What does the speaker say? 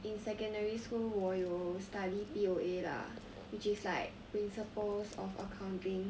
in secondary school 我有 study P_O_A lah which is like principles of accounting